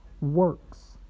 works